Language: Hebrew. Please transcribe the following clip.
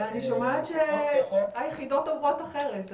אבל אני שומעת שהיחידות אומרות אחרת.